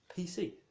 PC